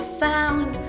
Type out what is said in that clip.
found